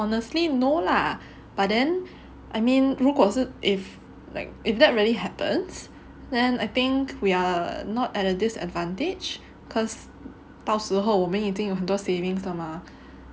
honestly no lah but then I mean 如果是 if like if that really happens then I think we are not at a disadvantage cause 到时候我们已经有很多 savings 了 mah